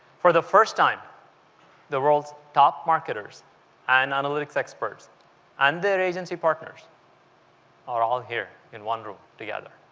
for the first time the world's top marketers and analytics experts and their agency partners are all here in one room together.